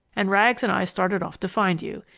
and rags and i started off to find you.